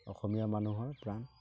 অসমীয়া মানুহৰ প্ৰাণ